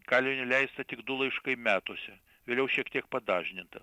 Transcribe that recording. kaliniui leista tik du laiškai metuose vėliau šiek tiek padažninta